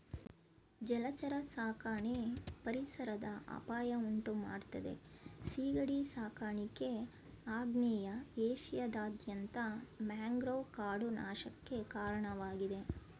ಜಲಚರ ಸಾಕಣೆ ಪರಿಸರದ ಅಪಾಯ ಉಂಟುಮಾಡ್ತದೆ ಸೀಗಡಿ ಸಾಕಾಣಿಕೆ ಆಗ್ನೇಯ ಏಷ್ಯಾದಾದ್ಯಂತ ಮ್ಯಾಂಗ್ರೋವ್ ಕಾಡು ನಾಶಕ್ಕೆ ಕಾರಣವಾಗಿದೆ